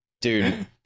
Dude